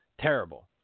Terrible